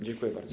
Dziękuję bardzo.